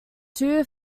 too